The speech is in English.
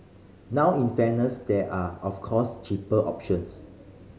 now in fairness there are of course cheaper options